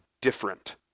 different